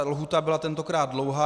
Lhůta byla tentokrát dlouhá.